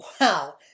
Wow